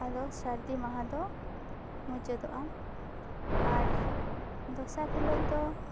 ᱟᱫᱚ ᱥᱟᱹᱨᱫᱤ ᱢᱟᱦᱟ ᱫᱚ ᱢᱩᱪᱟᱹᱫᱚᱜᱼᱟ ᱟᱨ ᱫᱚᱥᱟᱨ ᱦᱤᱞᱳᱜ ᱫᱚ